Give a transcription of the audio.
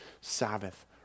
Sabbath